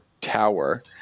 tower